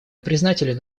признателен